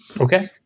Okay